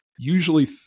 usually